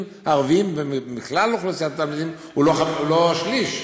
הערבים בכלל אוכלוסיית התלמידים הוא לא שליש,